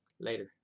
Later